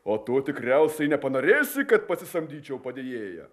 o tu tikriausiai nepanorėsi kad pasisamdyčiau padėjėją